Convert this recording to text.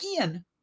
again